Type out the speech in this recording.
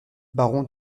baron